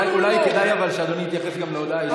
אבל אולי כדאי שאדוני יתייחס גם להודעה האישית.